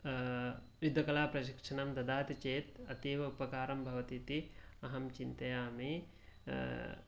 युद्धकलाप्रशिक्षणं ददाति चेत् अतीव उपकारं भवति इति अहं चिन्तयामि